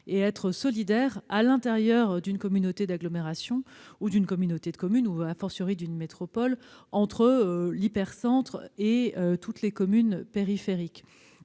et être solidaire au sein même d'une communauté d'agglomération ou d'une communauté de communes, d'une métropole, entre l'hypercentre et toutes les communes périphériques.